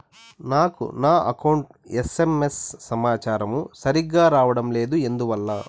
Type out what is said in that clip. నాకు నా account SMS సమాచారము సరిగ్గా రావడం లేదు ఎందువల్ల?